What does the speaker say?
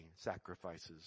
sacrifices